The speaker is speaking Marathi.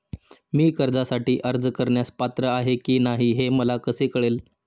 मी कर्जासाठी अर्ज करण्यास पात्र आहे की नाही हे मला कसे कळेल?